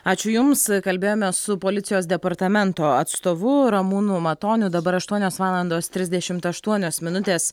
ačiū jums kalbėjomės su policijos departamento atstovu ramūnu matoniu dabar aštuonios valandos trisdešimt aštuonios minutės